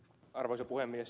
arvoisa puhemies